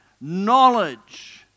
knowledge